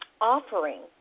offering